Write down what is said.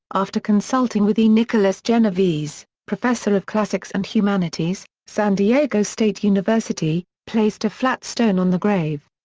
after consulting with e. nicholas genovese, professor of classics and humanities, san diego state university, placed a flat stone on the grave.